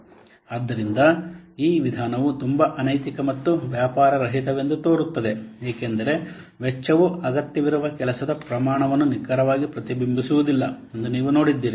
ಆದ್ದರಿಂದ ಈ ವಿಧಾನವು ತುಂಬಾ ಅನೈತಿಕ ಮತ್ತು ವ್ಯಾಪಾರರಹಿತವೆಂದು ತೋರುತ್ತದೆ ಏಕೆಂದರೆ ವೆಚ್ಚವು ಅಗತ್ಯವಿರುವ ಕೆಲಸದ ಪ್ರಮಾಣವನ್ನು ನಿಖರವಾಗಿ ಪ್ರತಿಬಿಂಬಿಸುವುದಿಲ್ಲ ಎಂದು ನೀವು ನೋಡಿದ್ದೀರಿ